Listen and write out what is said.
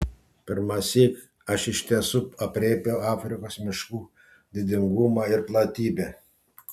pirmąsyk aš iš tiesų aprėpiau afrikos miškų didingumą ir platybę